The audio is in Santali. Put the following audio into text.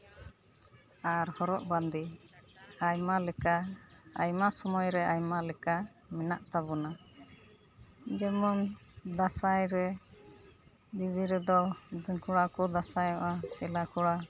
ᱟᱨ ᱦᱚᱨᱚᱜ ᱵᱟᱸᱫᱮ ᱟᱭᱢᱟ ᱞᱮᱠᱟ ᱟᱭᱢᱟ ᱥᱚᱢᱚᱭ ᱨᱮ ᱟᱭᱢᱟ ᱞᱮᱠᱟ ᱢᱮᱱᱟᱜ ᱛᱟᱵᱚᱱᱟ ᱡᱮᱢᱚᱱ ᱫᱟᱸᱥᱟᱭ ᱨᱮ ᱫᱤᱵᱤ ᱨᱮᱫᱚ ᱠᱚᱲᱟ ᱠᱚ ᱫᱟᱸᱥᱟᱭᱚᱜᱼᱟ ᱪᱮᱞᱟ ᱠᱚᱲᱟ